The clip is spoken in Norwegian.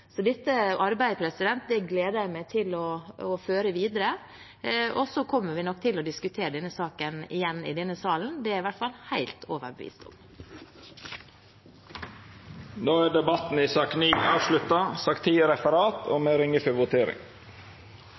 gleder jeg meg til å føre videre, og vi kommer nok til å diskutere denne saken igjen i denne salen – det er i hvert fall jeg helt overbevist om. Debatten i sak nr. 9 er avslutta. Då er Stortinget klar til å gå til votering.